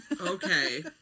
Okay